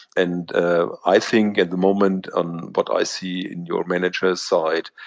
and ah i think, at the moment, um what i see in your managers' side,